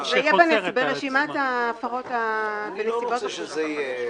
זה יהיה ברשימת ההפרות בנסיבות חמורות.